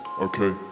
okay